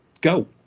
go